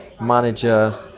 manager